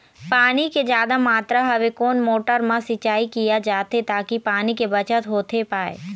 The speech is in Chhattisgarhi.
पानी के जादा मात्रा हवे कोन मोटर मा सिचाई किया जाथे ताकि पानी के बचत होथे पाए?